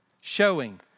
showing